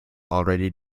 already